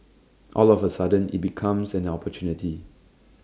all of A sudden IT becomes an opportunity